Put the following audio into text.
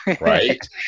Right